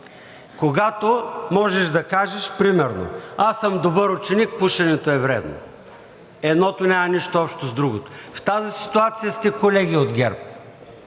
когато можеш да кажеш примерно: аз съм добър ученик, пушенето е вредно. Едното няма нищо общо с другото. В тази ситуация сте, колеги от ПП.